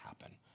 happen